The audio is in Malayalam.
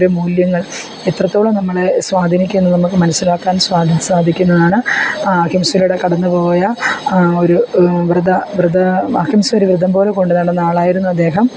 ഓരോ മൂല്യങ്ങൾ എത്രത്തോളം നമ്മളെ സ്വാധീനിക്കുന്നു നമ്മൾക്ക് മനസ്സിലാക്കാൻ സാധിക്കുന്നതാണ് അഹിംസയിലൂടെ കടന്നുപോയ ഒരു വ്രത വ്രത അഹിംസ ഒരു വ്രതം പോലെ കൊണ്ടു നടന്ന ആളായിരുന്നു അദ്ദേഹം